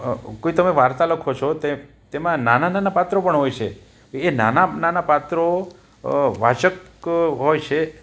કોઈ તમે વાર્તા લખો છો તે તેમાં નાના નાના પાત્રો પણ હોય છે એ નાના નાના પાત્રો વાચક હોય છે